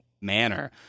manner